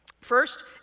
First